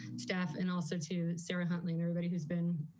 staff, and also to sarah hotline everybody who's been